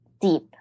deep